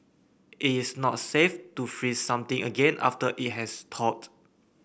it is not safe to freeze something again after it has thawed